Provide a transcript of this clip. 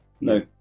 No